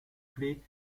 clés